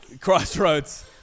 Crossroads